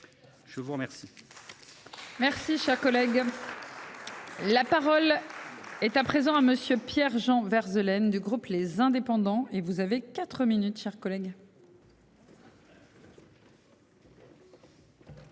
Je vous remercie.